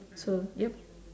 so yup